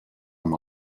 amb